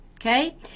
okay